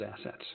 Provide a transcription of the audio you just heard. assets